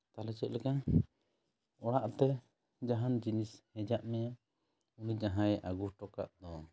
ᱛᱟᱦᱚᱞᱮ ᱪᱮᱫ ᱞᱮᱠᱟ ᱚᱲᱟᱜ ᱛᱮ ᱡᱟᱦᱟᱱ ᱡᱤᱱᱤᱥ ᱦᱮᱡ ᱟᱫ ᱢᱮᱭᱟ ᱩᱱᱤ ᱡᱟᱦᱟᱭ ᱟᱹᱜᱩ ᱦᱚᱴᱚ ᱠᱟᱜ ᱫᱚ